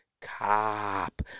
cop